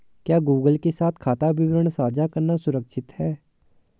क्या गूगल के साथ खाता विवरण साझा करना सुरक्षित है?